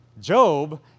Job